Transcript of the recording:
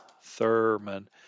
Thurman